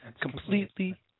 Completely